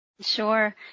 Sure